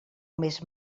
més